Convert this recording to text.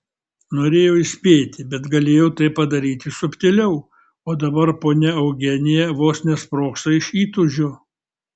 norėjau įspėti bet galėjau tai padaryti subtiliau o dabar ponia eugenija vos nesprogsta iš įtūžio